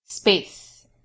Space